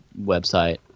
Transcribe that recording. website